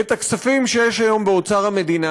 את הכספים שיש היום באוצר המדינה,